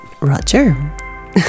Roger